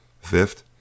Fifth